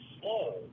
slow